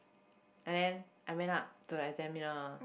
and then I went up to the examiner